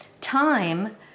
Time